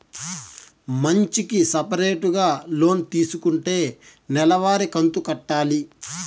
మంచికి సపరేటుగా లోన్ తీసుకుంటే నెల వారి కంతు కట్టాలి